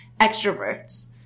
extroverts